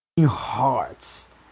hearts